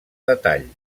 detall